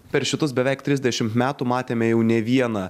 per šitus beveik trisdešimt metų matėme jau ne vieną